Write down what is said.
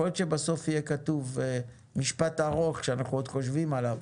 יכול להיות בסוף יהיה כתוב משפט ארוך שאנחנו עוד חושבים עליו,